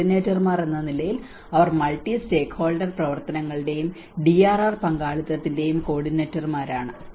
കോർഡിനേറ്റർമാർ എന്ന നിലയിൽ അവർ മൾട്ടി സ്റ്റേക്ക്ഹോൾഡർ പ്രവർത്തനങ്ങളുടെയും DRR പങ്കാളിത്തത്തിന്റെയും കോർഡിനേറ്റർമാരാണ്